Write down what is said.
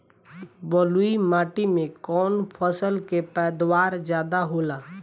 बालुई माटी में कौन फसल के पैदावार ज्यादा होला?